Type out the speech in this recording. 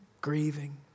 grieving